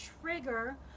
trigger